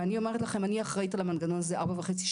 ואני אומרת לכם - אני אחראית על המנגנון הזה ארבע שנים וחצי.